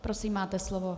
Prosím, máte slovo.